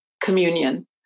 communion